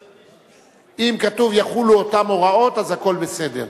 אם כתוב "יחולו אותן הוראות" אז הכול בסדר.